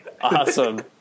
Awesome